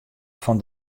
fan